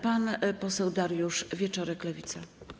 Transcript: Pan poseł Dariusz Wieczorek, Lewica.